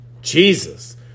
Jesus